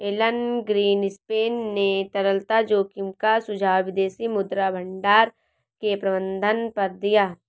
Elon Greenspan ने तरलता जोखिम का सुझाव विदेशी मुद्रा भंडार के प्रबंधन पर दिया